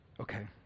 Okay